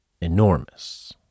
enormous